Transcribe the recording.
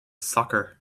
soccer